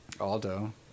Aldo